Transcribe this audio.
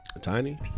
Tiny